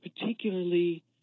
particularly